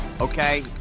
okay